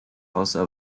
also